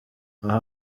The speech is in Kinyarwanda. aho